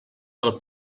del